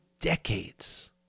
decades